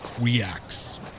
reacts